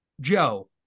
Joe